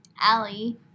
Allie